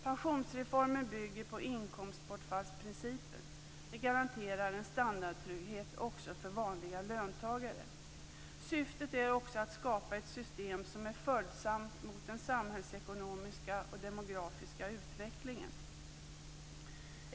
Pensionsreformen bygger på inkomstbortfallsprincipen. Det garanterar en standardtrygghet också för vanliga löntagare. Syftet är också att skapa ett system som är följsamt mot den samhällsekonomiska och demografiska utvecklingen.